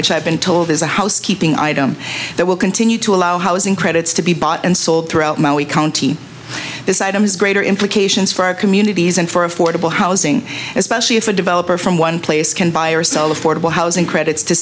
which i've been told is a housekeeping item that will continue to allow housing credits to be bought and sold throughout my wee county this item has greater implications for our communities and for affordable housing especially if a developer from one place can buy or sell affordable housing credits to